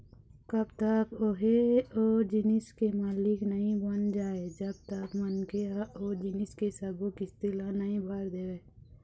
कब तक ओहा ओ जिनिस के मालिक नइ बन जाय जब तक मनखे ह ओ जिनिस के सब्बो किस्ती ल नइ भर देवय